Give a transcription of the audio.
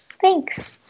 Thanks